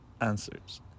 answers